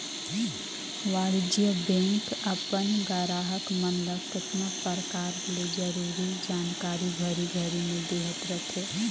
वाणिज्य बेंक अपन गराहक मन ल केतना परकार ले जरूरी जानकारी घरी घरी में देहत रथे